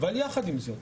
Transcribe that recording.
יחד עם זאת,